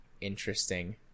interesting